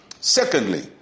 Secondly